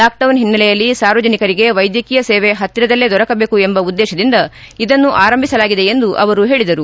lockdown ಹಿನ್ನೆಲೆಯಲ್ಲಿ ಸಾರ್ವಜನಿಕರಿಗೆ ವೈದ್ಯಕೀಯ ಸೇವೆ ಪತ್ತಿರದಲ್ಲೇ ದೊರಕಬೇಕು ಎಂಬ ಉದ್ದೇಶದಿಂದ ಇದನ್ನು ಆರಂಭಿಸಲಾಗಿದೆ ಎಂದು ಅವರು ಹೇಳಿದರು